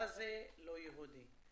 מה זה לא יהודי.